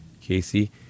Casey